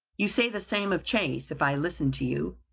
you say the same of chase. if i listened to you,